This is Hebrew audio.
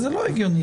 וזה לא הגיוני.